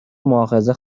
مواخذه